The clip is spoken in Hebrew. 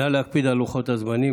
נא להקפיד על לוחות הזמנים.